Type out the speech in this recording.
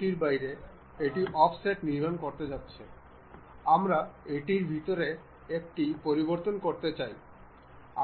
সুতরাং এখানে আমরা দেখতে পাচ্ছি যে আমাদের কাছে পিনের বিশদ বিবরণ রয়েছে এবং এখানে